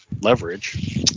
leverage